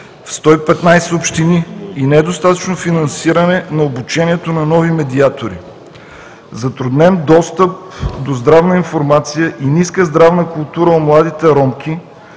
115 общини и недостатъчно финансиране на обучението на нови медиатори; затруднен достъп до здравна информация и ниска здравна култура у младите ромки,